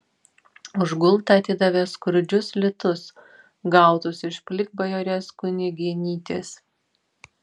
už gultą atidavė skurdžius litus gautus iš plikbajorės kunigėnytės